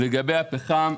לגבי הפחם,